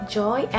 joy